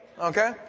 Okay